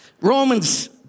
Romans